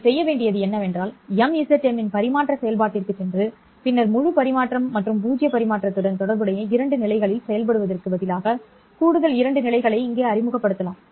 நீங்கள் செய்ய வேண்டியது என்னவென்றால் MZM இன் பரிமாற்ற செயல்பாட்டிற்குச் சென்று பின்னர் முழு பரிமாற்றம் மற்றும் பூஜ்ஜிய பரிமாற்றத்துடன் தொடர்புடைய இரண்டு நிலைகளில் செயல்படுவதற்கு பதிலாக கூடுதல் இரண்டு நிலைகளை இங்கே அறிமுகப்படுத்தலாம்